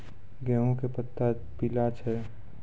गेहूँ के पत्ता पीला छै?